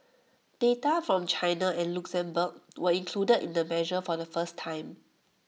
data from China and Luxembourg were included in the measure from the first time